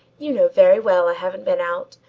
you know very well i haven't been out,